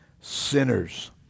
sinners